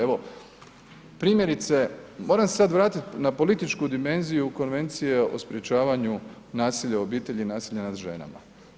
Evo primjerice, moram se sad vratiti na političku dimenziju Konvencije o sprječavanju nasilja u obitelji i nasilja nad ženama.